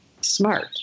Smart